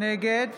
נגד